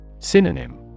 Synonym